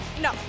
No